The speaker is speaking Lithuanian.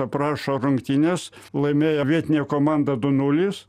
aprašo rungtynes laimėjo vietinė komanda du nulis